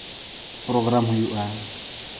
programme ᱦᱩᱭᱩᱜᱼᱟ